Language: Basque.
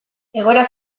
egoera